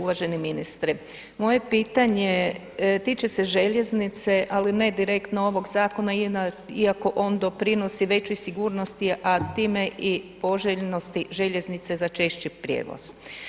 Uvaženi ministre moje pitanje tiče se željeznice, ali ne direktno ovog zakona iako on doprinosi većoj sigurnosti, a time poželjnosti željeznice za češći prijevoz.